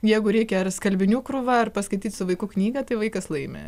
jeigu reikia ar skalbinių krūvą ar paskaityt su vaiku knyga tai vaikas laimi